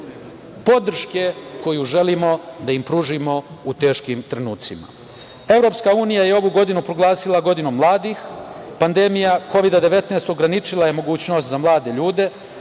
podrške koju želimo da im pružimo u teškim trenucima. Evropska unija je ovu godinu proglasila godinom mladih. Pandemija Kovid-19 ograničila je mogućnost za mlade ljude,